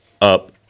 up